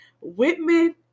Whitman